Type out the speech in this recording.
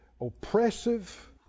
oppressive